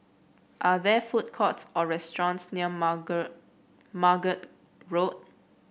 are there food courts or restaurants near Margate Margate Road